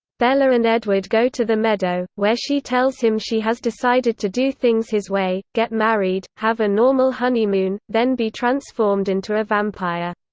bella and edward go to the meadow, where she tells him she has decided to do things his way get married, have a normal honeymoon, then be transformed into a vampire.